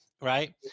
right